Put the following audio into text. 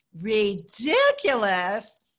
ridiculous